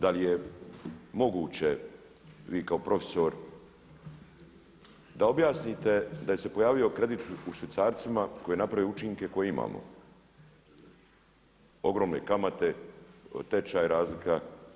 Da li je moguće vi kao profesor da objasnite da se je pojavio kredit u švicarcima koji je napravio učinke koje imamo, ogromne kamate, tečaj razlika.